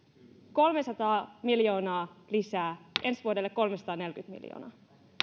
kolmesataa miljoonaa lisää ensi vuodelle kolmesataaneljäkymmentä miljoonaa